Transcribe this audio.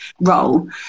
role